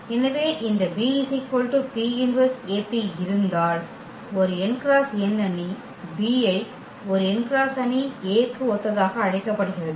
எனவே இந்த B P−1AP இருந்தால் ஒரு n x n அணி B ஐ ஒரு n x n அணி A க்கு ஒத்ததாக அழைக்கப்படுகிறது